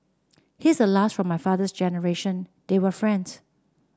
he's the last from my father generation they were friends